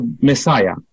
Messiah